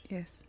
Yes